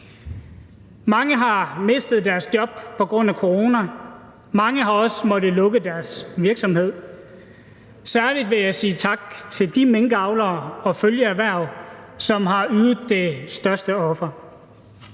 Mange har mistet deres job på grund af corona. Mange har også måttet lukke deres virksomhed. Særlig vil jeg sige tak til de minkavlere og følgeerhverv, som har ydet det største offer.